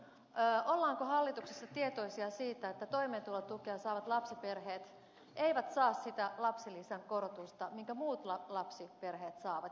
ollaanko hallituksessa tietoisia siitä että toimeentulotukea saavat lapsiperheet eivät saa sitä lapsilisän korotusta minkä muut lapsiperheet saavat